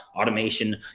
automation